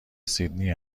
سیدنی